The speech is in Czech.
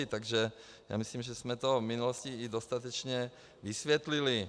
Takže myslím, že jsme to v minulosti i dostatečně vysvětlili.